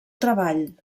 treball